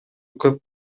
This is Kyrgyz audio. көп